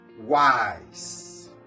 wise